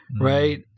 right